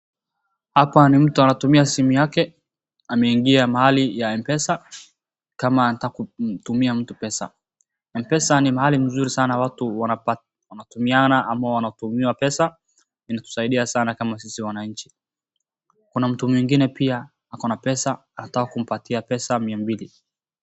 Hapa ni mtu anatumia simu yake, ameingia mahali ya MPesa, kama anataka kutumia mtu pesa. Mpesa ni mahali mzuri sana watu wanatumiana ama wanatumiwa pesa, inatusaidia sana kama sisi wananchi. Kuna mtu mwingine pia ako na pesa, anataka kumpatia pesa mia mbili.